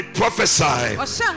prophesy